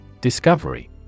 Discovery